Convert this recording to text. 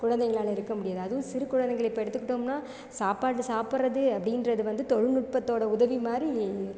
குழந்தைங்களால் இருக்க முடியாது அதுவும் சிறுக்குழந்தைகளை இப்போ எடுத்துக்கிட்டோம்னால் சாப்பாடு சாப்பிட்றது அப்படின்றது வந்து தொழில்நுட்பத்தோடய உதவி மாதிரி